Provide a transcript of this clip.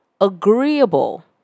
Agreeable